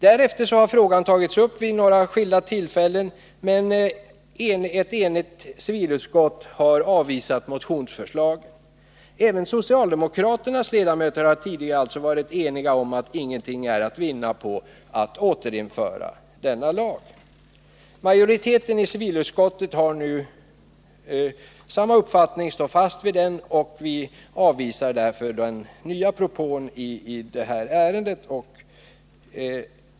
Därefter har frågan tagits upp vid några skilda tillfällen, men ett enigt civilutskott har avvisat motionsförslagen. Även socialdemokraternas representanter har alltså tidigare hållit med om att ingenting är att vinna på att återinföra denna lag. Majoriteten i civilutskottet står fast vid den uppfattningen och avvisar därför den nya propån i det här ärendet.